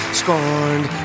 scorned